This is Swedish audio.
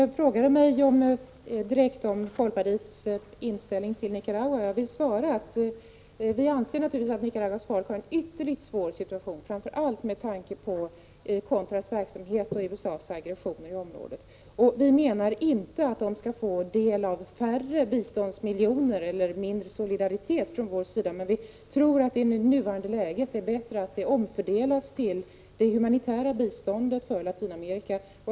Herr talman! Maj-Lis Lööw frågade mig direkt om folkpartiets inställning till Nicaragua. Jag vill bara svara att vi naturligtvis anser att Nicaraguas folk har en ytterligt svår situation, framför allt med tanke på Contras verksamhet och USA:s aggression i området. Vi menar inte att Nicaragua skall få del av färre biståndsmiljoner eller mindre solidaritet från vår sida, men vi tror att det i nuvarande läge är bättre att stödet omfördelas till det humanitära biståndet för Latinamerika.